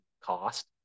cost